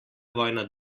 vojna